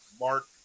mark